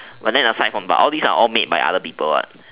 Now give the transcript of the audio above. but then when in the fact that these are made by other people what